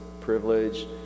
privilege